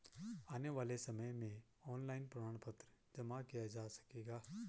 आने वाले समय में ऑनलाइन प्रमाण पत्र जमा किया जा सकेगा